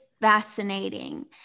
fascinating